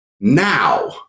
now